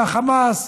מהחמאס,